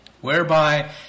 whereby